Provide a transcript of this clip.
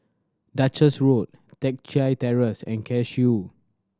Duchess Road Teck Chye Terrace and Cashew